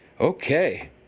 Okay